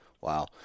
Wow